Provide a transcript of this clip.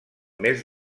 mes